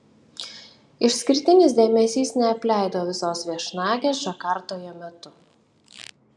išskirtinis dėmesys neapleido visos viešnagės džakartoje metu